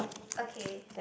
okay